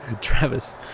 travis